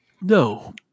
No